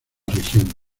región